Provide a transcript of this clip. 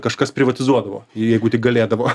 kažkas privatizuodavo jeigu tik galėdavo